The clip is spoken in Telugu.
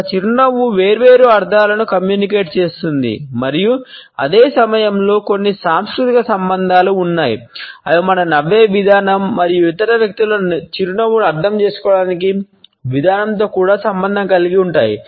ఒక చిరునవ్వు వేర్వేరు అర్థాలను కమ్యూనికేట్ చేస్తుంది మరియు అదే సమయంలో కొన్ని సాంస్కృతిక సంబంధాలు ఉన్నాయి అవి మనం నవ్వే విధానం మరియు ఇతర వ్యక్తుల చిరునవ్వును అర్థం చేసుకునే విధానంతో కూడా సంబంధం కలిగి ఉంటాయి